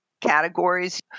categories